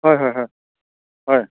হয় হয় হয় হয়